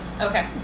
Okay